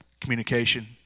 communication